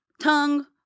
tongue